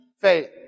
faith